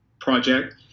project